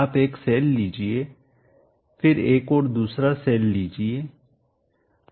आप एक सेल लीजिए फिर एक और दूसरा सेल लीजिए